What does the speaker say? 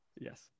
yes